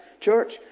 Church